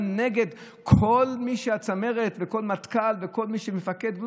נגד כל הצמרת וכל המטכ"ל או כל מפקד?